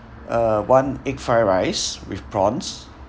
uh one egg fried rice with prawns